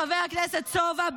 חבר כנסת סובה,